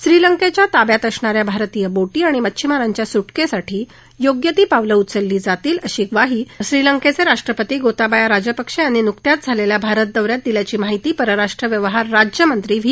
श्रीलंकेच्या ताब्यात असणाऱ्या भारतीय बोटी आणि मच्छीमारांच्या सुटकेसाठी योग्य ती पावलं उचलली जातील अशी म्वाही श्रीलंकेचे राष्ट्रपती गोताबया राजपश्वे यांनी नुकत्याच झालेल्या भारत दौऱ्यात दिल्याची माहिती परराष्ट्र व्यवहार राज्यमंत्री व्ही